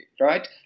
right